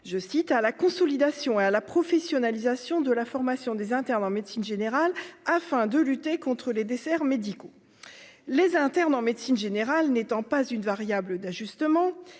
je cite, à la consolidation et à la professionnalisation de la formation des internes en médecine générale afin de lutter contre les déserts médicaux,